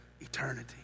eternity